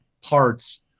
parts